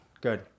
Good